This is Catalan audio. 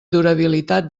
durabilitat